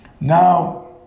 Now